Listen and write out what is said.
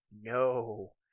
No